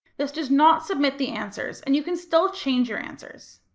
this does not submit the answers, and you can still change your answers.